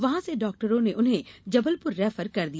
वहां से डॉक्टरों ने उन्हें जबलपुर रेफर कर दिया